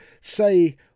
Say